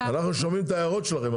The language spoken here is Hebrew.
אנחנו שומעים את ההערות שלכם,